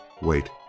Wait